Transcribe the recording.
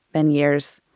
then years.